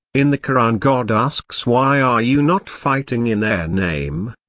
in the koran god asks why are you not fighting in their name?